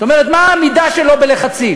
זאת אומרת, מה העמידה שלו בלחצים,